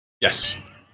Yes